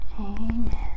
amen